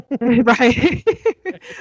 right